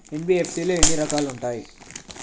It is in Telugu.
ఎన్.బి.ఎఫ్.సి లో ఎన్ని రకాలు ఉంటాయి?